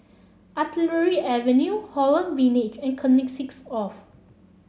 Artillery Avenue Holland Village and Connexis Of